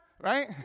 Right